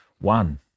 One